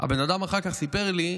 הבן אדם אחר כך סיפר לי,